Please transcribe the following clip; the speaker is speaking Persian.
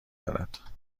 دارد